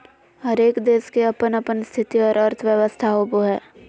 हरेक देश के अपन अपन स्थिति और अर्थव्यवस्था होवो हय